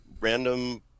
random